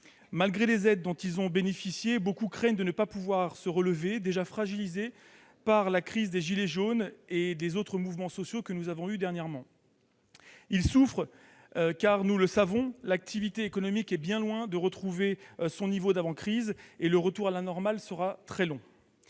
Malgré les aides dont ils ont bénéficié, nombre d'entre eux craignent de ne pas pouvoir se relever, d'autant qu'ils étaient déjà fragilisés par la crise des gilets jaunes et les autres mouvements sociaux que nous avons récemment connus. Ils souffrent car, nous le savons, l'activité économique est bien loin d'avoir retrouvé son niveau d'avant-crise, et le retour à la normale sera très long.